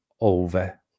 over